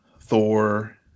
thor